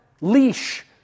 leash